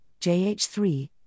JH3